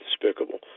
despicable